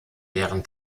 deren